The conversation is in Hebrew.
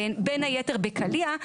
בין היתר בקליע,